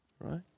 Right